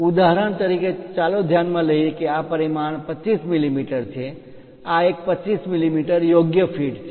ઉદાહરણ તરીકે ચાલો ધ્યાનમાં લઈએ કે આ પરિમાણ 25 મીમી છે આ એક 25 મીમી યોગ્ય ફિટ છે